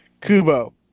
Kubo